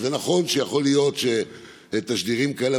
אז זה נכון שיכול להיות שתשדירים כאלה